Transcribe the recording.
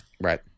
Right